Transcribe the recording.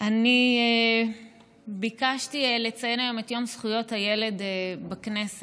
אני ביקשתי לציין היום את יום זכויות הילד בכנסת